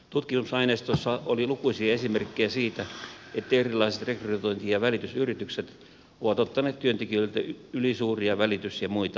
tutkimusaineistossa oli lukuisia esimerkkejä siitä että erilaiset rekrytointi ja välitysyritykset ovat ottaneet työntekijöiltä ylisuuria välitys ja muita maksuja